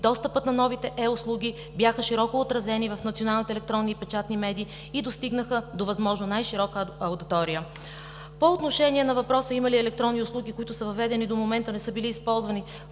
Достъпът на новите е-услуги бяха широко отразени в националните електронни и печатни медии и достигнаха до възможно най-широка аудитория. По отношение на въпроса има ли електронни услуги, които са въведени до момента, а не са били използвани,